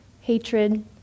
hatred